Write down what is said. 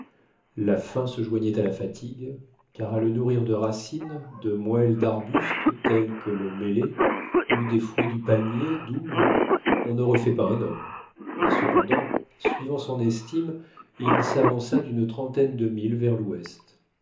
la faim se joignait à la fatigue car à le nourrir de racines de moelle d'arbustes tels que le mélé ou des fruits du palmier doum on ne refait pas un homme et cependant suivant son estime il s'avança d'une trentaine de milles vers l'ouest